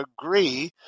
agree